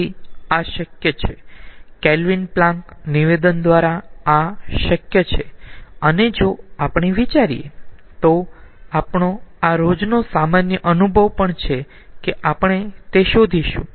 તેથી આ શક્ય છે કેલ્વિન પ્લેન્ક નિવેદન દ્વારા આ શક્ય છે અને જો આપણે વિચારીયે તો આપનો આ રોજનો સામાન્ય અનુભવ પણ છે કે આપણે તે શોધીશું